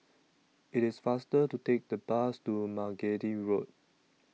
IT IS faster to Take The Bus to Margate Road